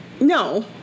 No